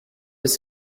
was